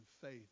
faith